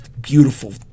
beautiful